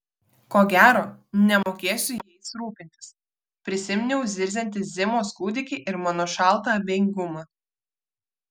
ko gero nemokėsiu jais rūpintis prisiminiau zirziantį zimos kūdikį ir mano šaltą abejingumą